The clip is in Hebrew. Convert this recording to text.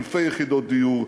אלפי יחידות דיור.